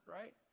right